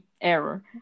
error